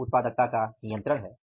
फिर उत्पादकता का नियंत्रण है